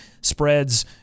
spreads